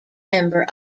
member